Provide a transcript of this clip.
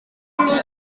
dulu